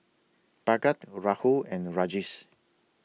Bhagat Rahul and Rajesh